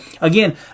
again